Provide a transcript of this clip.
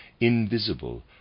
invisible